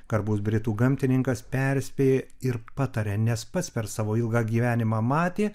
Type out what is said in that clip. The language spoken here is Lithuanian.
garbus britų gamtininkas perspėja ir pataria nes pats per savo ilgą gyvenimą matė